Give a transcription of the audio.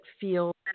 feels